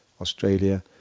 Australia